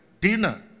Dinner